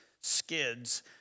skids